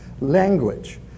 language